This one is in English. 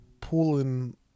pulling